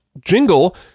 jingle